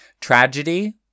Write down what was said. tragedy